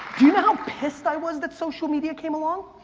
do you know how pissed i was that social media came along?